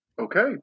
Okay